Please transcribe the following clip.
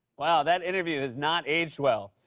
wow, that interview has not aged well.